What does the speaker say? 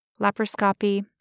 laparoscopy